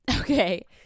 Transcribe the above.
okay